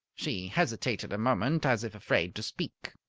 she hesitated a moment, as if afraid to speak.